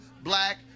black